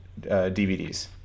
DVDs